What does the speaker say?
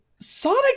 Sonic